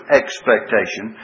expectation